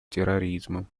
терроризмом